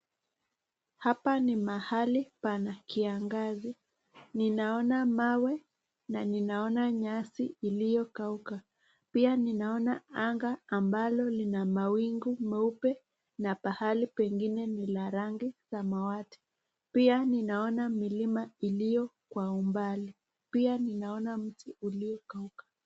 Hapa ni mahali pana kiangazi. Ninaona mawe na ninaona nyasi iliyokauka. Pia ninaona anga ambalo lina mawingu meupe, na pahali pengine lina rangi samawati. Pia ninaona milima iliyo kwa umbali. Pia ninaona mti uliyo kauka.